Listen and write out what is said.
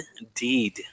Indeed